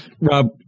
Rob